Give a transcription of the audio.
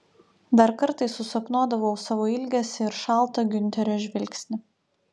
dar kartais susapnuodavau savo ilgesį ir šaltą giunterio žvilgsnį